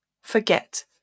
forget